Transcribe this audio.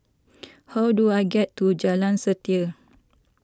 how do I get to Jalan Setia